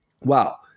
wow